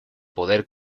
poder